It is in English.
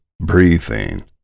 breathing